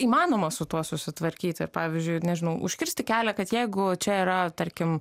įmanoma su tuo susitvarkyti ir pavyzdžiui ir nežinau užkirsti kelią kad jeigu čia yra tarkim